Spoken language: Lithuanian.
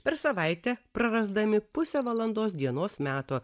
per savaitę prarasdami pusę valandos dienos meto